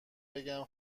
بگم